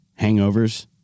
Hangovers